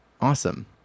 awesome